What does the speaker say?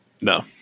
No